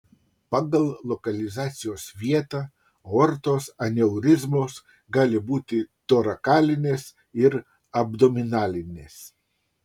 pagal lokalizacijos vietą aortos aneurizmos gali būti torakalinės ir abdominalinės